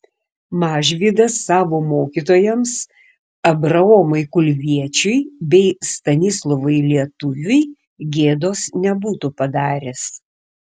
mažvydas savo mokytojams abraomui kulviečiui bei stanislovui lietuviui gėdos nebūtų padaręs